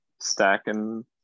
stacking